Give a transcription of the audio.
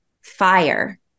fire